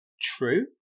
TRUE